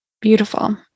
Beautiful